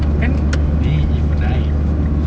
kan ini evo nine